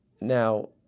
Now